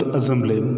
Assembly